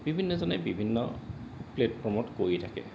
বিভিন্নজনে বিভিন্ন প্লেটফৰ্মত কৰি থাকে